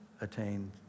attained